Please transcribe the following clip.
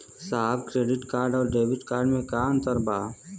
साहब debit card और credit card में का अंतर बा?